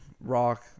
rock